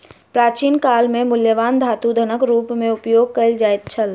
प्राचीन काल में मूल्यवान धातु धनक रूप में उपयोग कयल जाइत छल